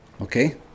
Okay